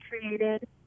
created